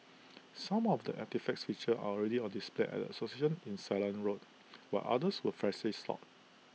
some of the artefacts featured already on display at the association in Ceylon road while others were freshly sought